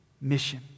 mission